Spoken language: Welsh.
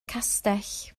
castell